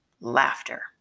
laughter